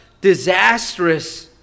disastrous